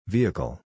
Vehicle